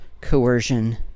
coercion